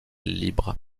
libre